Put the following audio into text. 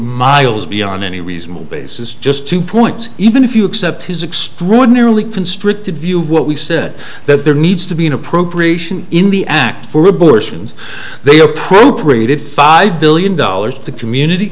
miles beyond any reasonable basis just two points even if you accept his extraordinarily constricted view of what we've said that there needs to be an appropriation in the act for abortions they appropriated five billion dollars to community